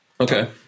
Okay